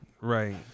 right